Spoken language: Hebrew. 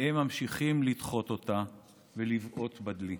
והם ממשיכים לדחות אותה ולבעוט בדלי.